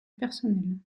personnel